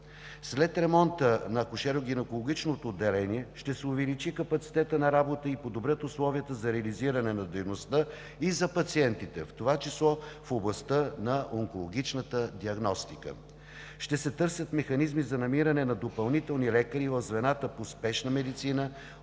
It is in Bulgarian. След ремонта на Акушеро-гинекологичното отделение ще се увеличи капацитетът на работа и подобрят условията за реализиране на дейността и за пациентите, в това число в областта на онкологичната диагностика. Ще се търсят механизми за намиране на допълнителни лекари в звената по спешна медицина,